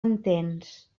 entens